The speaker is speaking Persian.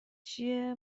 چیه